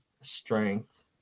strength